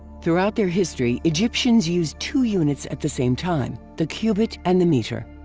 throughout their history, egyptians used two units at the same time the cubit and the meter.